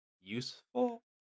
useful